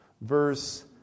verse